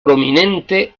prominente